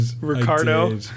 Ricardo